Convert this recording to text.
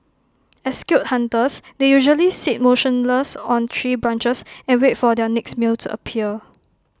as skilled hunters they usually sit motionless on tree branches and wait for their next meal to appear